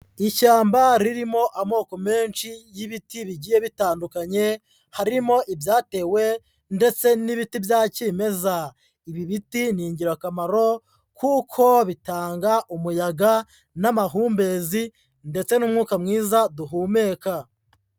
Ishyamba ririmo amoko menshi y'ibiti bigiye bitandukanye, harimo ibyatewe ndetse n'ibiti bya cyimeza. Ibi biti ni ingirakamaro kuko bitanga umuyaga n'amahumbezi ndetse n'umwuka mwiza duhumeka.